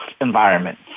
environment